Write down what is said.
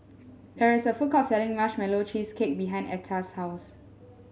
there is a food court selling Marshmallow Cheesecake behind Etta's house